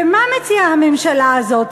ומה מציעה הממשלה הזאת?